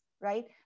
right